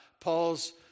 Paul's